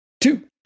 Two